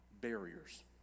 barriers